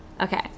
Okay